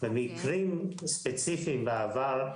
במקרים ספציפיים בעבר,